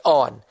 on